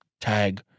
tag